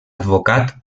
advocat